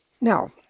Now